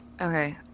Okay